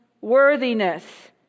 worthiness